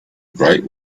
great